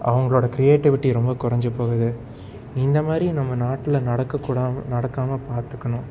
அவங்களோட க்ரியேட்டிவிட்டி ரொம்ப குறைஞ்சிப்போகுது இந்த மாதிரி நம்ம நாட்டில் நடக்க கூடாது நடக்காமல் பார்த்துக்கணும்